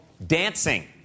Dancing